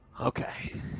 Okay